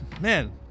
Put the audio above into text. man